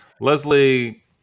Leslie